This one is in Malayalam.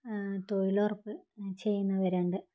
തൊഴിലുറപ്പ് ചെയ്യുന്നവരുണ്ട്